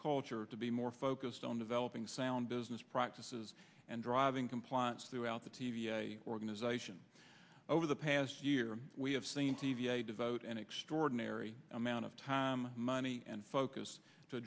culture to be more focused on developing sound business practices and driving compliance throughout the t v organization over the past year we have seen t v i devote an extraordinary amount of time money and focus